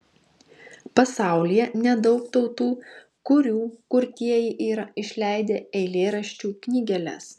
pasaulyje nedaug tautų kurių kurtieji yra išleidę eilėraščių knygeles